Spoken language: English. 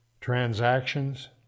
transactions